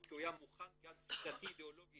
כי הוא היה מוכן גם תפיסתית ואידיאולוגית,